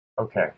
Okay